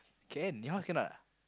can your house cannot ah